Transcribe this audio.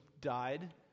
died